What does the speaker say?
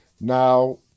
Now